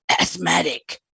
asthmatic